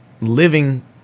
living